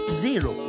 zero